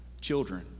children